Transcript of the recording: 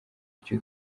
icyo